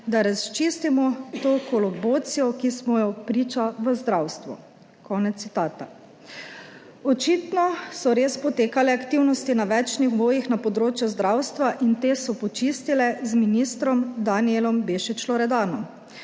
da razčistimo to kolobocijo, ki smo ji priča v zdravstvu." Konec citata. Očitno so res potekale aktivnosti na več nivojih na področju zdravstva in te so počistile z ministrom Danijelom Bešič Loredanom.